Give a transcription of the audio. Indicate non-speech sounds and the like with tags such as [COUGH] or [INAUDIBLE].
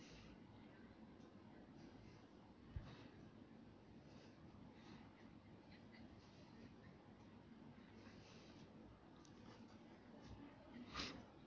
[BREATH]